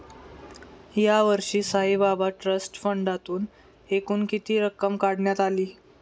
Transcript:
यावर्षी साईबाबा ट्रस्ट फंडातून एकूण किती रक्कम काढण्यात आली?